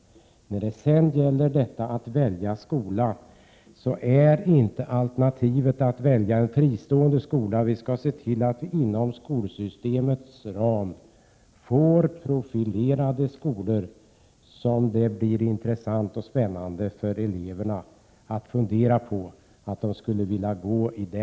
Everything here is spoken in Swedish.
När det sedan gäller detta med att välja skola, skall inte 107 alternativet vara att välja en fristående skola. Vi skall se till att vi inom skolsystemets ram får profilerade skolor så att det blir intressant och spännande för eleverna att fundera över vilken skola de skulle vilja gå i.